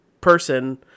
person